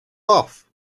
off